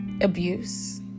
abuse